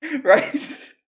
Right